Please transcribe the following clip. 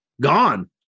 gone